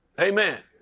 Amen